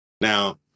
Now